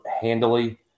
handily